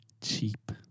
cheap